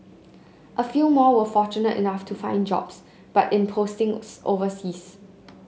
a few more were fortunate enough to find jobs but in postings overseas